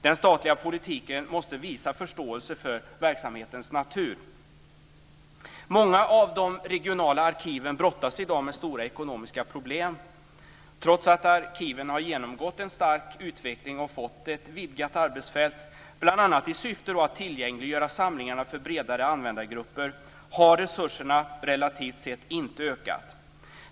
Den statliga politiken måste visa förståelse för verksamhetens natur. Många av de regionala arkiven brottas i dag med stora ekonomiska problem trots att arkiven har genomgått en stark utveckling och fått ett vidgat arbetsfält. Bl.a. i syfte att göra samlingarna tillgängliga för bredare användargrupper har resurserna relativt sett inte ökat.